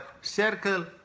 circle